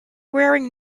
wearing